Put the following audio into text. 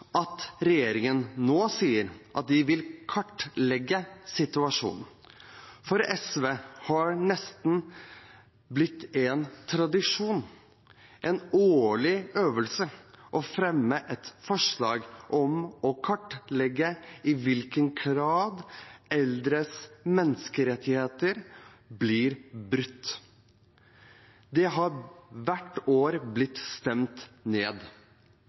at regjeringen nå sier at den vil kartlegge situasjonen. For SV har det nesten blitt en tradisjon, en årlig øvelse, å fremme et forslag om å kartlegge i hvilken grad eldres menneskerettigheter blir brutt. Det har hvert år blitt stemt ned,